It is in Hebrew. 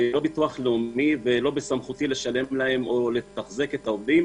אני לא ביטוח לאומי ולא בסמכותי לשלם להם או לתחזק את העובדים.